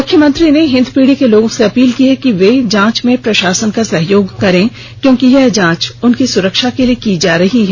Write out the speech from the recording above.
मुख्यमंत्री ने हिन्दपीढ़ी के लोगों से अपील की है कि वे जांच में प्रशासन का सहयोग करें क्योंकि यह जांच उनकी सुरक्षा के लिए की जा रही है